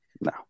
No